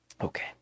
Okay